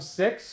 six